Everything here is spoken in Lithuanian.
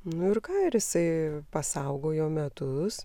nu ir ką ir jisai pasaugojo metus